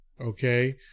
Okay